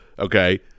okay